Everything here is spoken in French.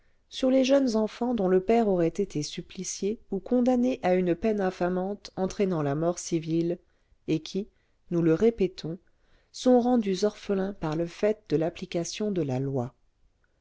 sur les jeunes enfants dont le père aurait été supplicié ou condamné à une peine infamante entraînant la mort civile et qui nous le répétons sont rendus orphelins par le fait de l'application de la loi